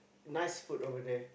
nice food over there